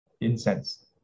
incense